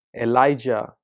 Elijah